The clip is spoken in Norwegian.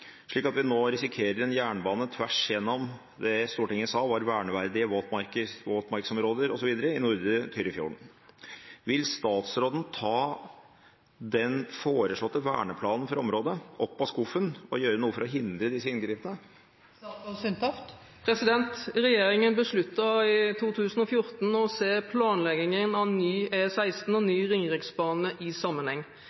slik at vi nå risikerer en jernbane tvers gjennom verneverdige våtmarksområder omfattet av verneplanen for nordre Tyrifjorden våtmarkssystem. Vil statsråden ta verneplanen opp av skuffen og gjøre noe for å hindre disse inngrepene?» Regjeringen besluttet i 2014 å se planleggingen av ny E16 og ny Ringeriksbane i sammenheng